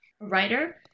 writer